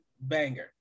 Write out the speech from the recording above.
banger